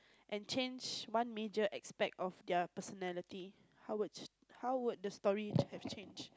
and change one major aspect of their personality how would how would the story have changed